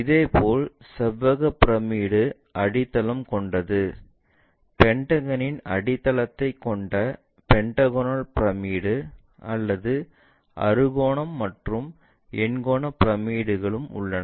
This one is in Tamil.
இதேபோல் செவ்வக பிரமிடு அடித்தளம் கொண்டது பென்டகனின் அடித்தளத்தைக் கொண்ட பென்டகோனல் பிரமிடு மற்றும் அறுகோண மற்றும் எண்கோண பிரமிடுகளும் உள்ளன